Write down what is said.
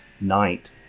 night